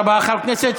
עקרונות.